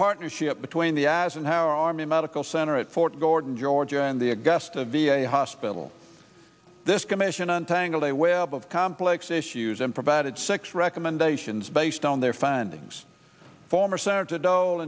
partnership between the as and how our army medical center at fort gordon georgia and the augusta v a hospital this commission untangled a web of complex issues and provided six recommendations based on their findings former senator dol